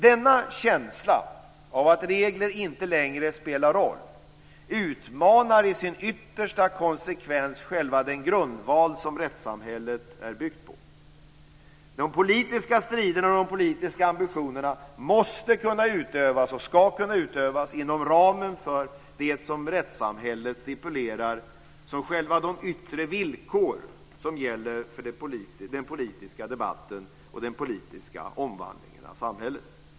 Denna känsla av att regler inte längre spelar roll utmanar i sin yttersta konsekvens själva den grundval som rättssamhället är byggt på. De politiska striderna och ambitionerna måste kunna utövas och ska kunna göra det inom ramen för det som rättssamhället stipulerar som de yttre villkor som gäller för den politiska debatten och den politiska omvandlingen av samhället.